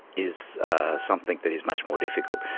is something that is much more difficult,